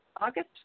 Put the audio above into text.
august